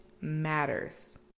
matters